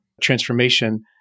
transformation